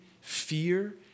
fear